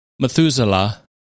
Methuselah